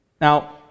now